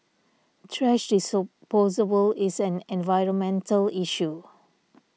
thrash disposable is an environmental issue